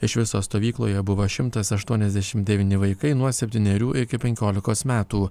iš viso stovykloje buvo šimtas aštuoniasdešim devyni vaikai nuo septynerių iki penkiolikos metų